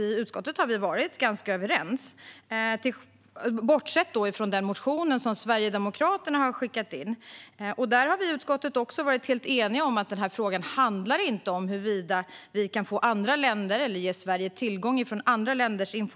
I utskottet har vi varit ganska överens, bortsett från när det gäller en motion som Sverigedemokraterna har väckt. Vi har i utskottet varit helt eniga om att denna fråga inte handlar om huruvida vi i Sverige kan få tillgång till andra länders information. Tvärtom ser vi inte att frågan riktigt hör hemma här.